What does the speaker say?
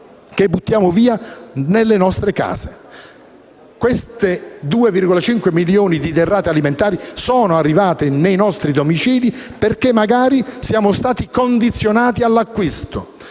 che buttiamo nelle nostre case. Queste derrate alimentari sono arrivate nei nostri domicili perché, magari, siamo stati condizionati all'acquisto